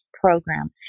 program